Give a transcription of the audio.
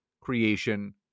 creation